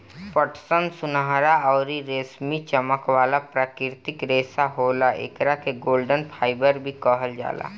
पटसन सुनहरा अउरी रेशमी चमक वाला प्राकृतिक रेशा होला, एकरा के गोल्डन फाइबर भी कहल जाला